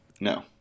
no